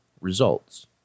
results